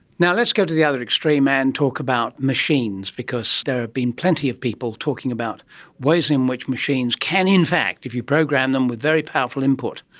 now, let's go to the other extreme and talk about machines because there have been plenty of people talking about ways in which machines can in fact, if you program them with very powerful input,